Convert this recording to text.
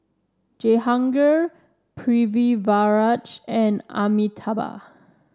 Jehangirr Pritiviraj and Amitabh